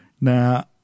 Now